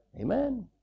Amen